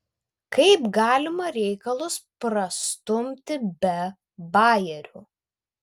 kaip galima reikalus prastumti be bajerių